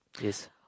Yes